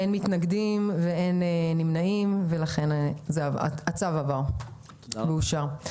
אין מתנגדים ואין נמנעים, ולכן הצו אושר.